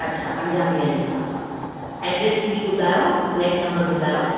अच्छा पंजाबी अनीता हा ऐड्रेस पूरी ॿुधायो फ्लैट नंबर ॿुधायो